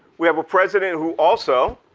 we have a president who also,